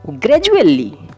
Gradually